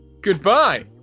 goodbye